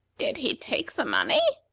did he take the money?